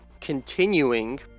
continuing